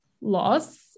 loss